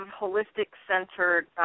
holistic-centered